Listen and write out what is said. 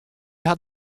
hat